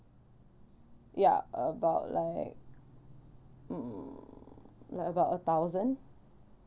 ya about like um like about a thousand